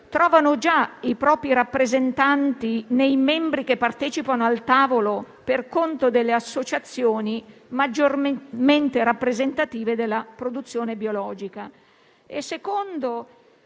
trovano già i propri rappresentanti nei membri che partecipano al tavolo per conto delle associazioni maggiormente rappresentative della produzione biologica.